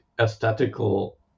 aesthetical